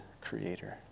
creator